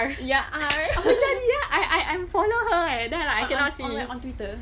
ya R how cari ah I I unfollow her eh then like I cannot see